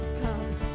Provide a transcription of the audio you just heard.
comes